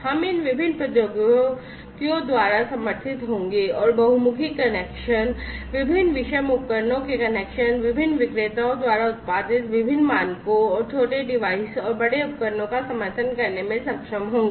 हम इन विभिन्न प्रौद्योगिकियों द्वारा समर्थित होंगे और versatile कनेक्शन विभिन्न विषम उपकरणों के कनेक्शन विभिन्न विक्रेताओं द्वारा उत्पादित विभिन्न मानकों और छोटे डिवाइस और बड़े उपकरणों का समर्थन करने में सक्षम होंगे